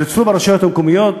ונוצרו ברשויות המקומיות